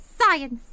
Science